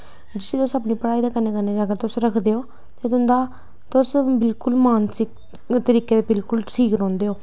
जिसी तुस अपने पढ़ाई दे कन्नै कन्नैअगर तुस रखदे ओ ते तुंदा तुस बिलकुल मानसक तरीके दे बिलकुल ठीक रौंह्दे ओ